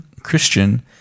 Christian